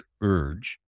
urge